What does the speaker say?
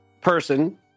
person